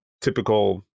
typical